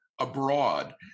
abroad